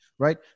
Right